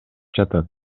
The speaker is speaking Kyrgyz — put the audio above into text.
жатат